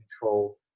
control